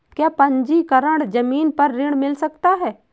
क्या पंजीकरण ज़मीन पर ऋण मिल सकता है?